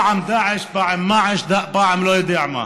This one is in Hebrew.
פעם דאעש, פעם מאעש, פעם לא יודע מה.